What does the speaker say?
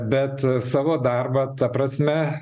bet savo darbą ta prasme